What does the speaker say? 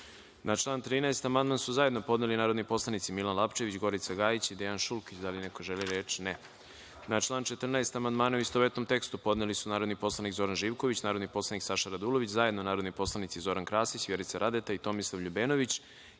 član 13. amandman su zajedno podneli narodni poslanici Milan Lapčević, Gorica Gajić i Dejan Šulkić. Da li neko želi reč? (Ne.)Na član 14. amandmane u istovetnom tekstu podneli su narodni poslanik Zoran Živković, narodni poslanik Saša Radulović, zajedno narodni poslanici Zoran Krasić, Vjerica Radeta i Tomislav LJubenović